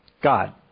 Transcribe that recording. God